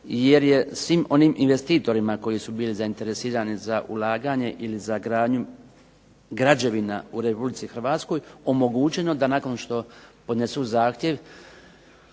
jer je svim onim investitorima koji su bili zainteresirani za ulaganje ili za gradnju građevina u Republici Hrvatskoj omogućeno da nakon što podnesu zahtjev